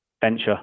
venture